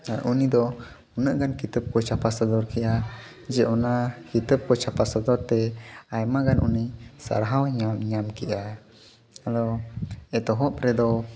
ᱟᱨ ᱩᱱᱤᱫᱚ ᱩᱱᱟᱹᱜ ᱜᱟᱱ ᱠᱤᱛᱟᱹᱵ ᱠᱚᱭ ᱪᱷᱟᱯᱟ ᱥᱚᱫᱚᱨ ᱠᱮᱜᱼᱟ ᱡᱮ ᱚᱱᱟ ᱠᱤᱛᱟᱹᱵ ᱠᱚ ᱪᱷᱟᱯᱟ ᱥᱚᱫᱚᱨ ᱛᱮ ᱟᱭᱢᱟ ᱜᱟᱱ ᱩᱱᱤ ᱥᱟᱨᱦᱟᱣᱮ ᱧᱟᱢ ᱠᱮᱜᱼᱟ ᱟᱫᱚ ᱮᱛᱚᱦᱚᱵ ᱨᱮᱫᱚ